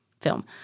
film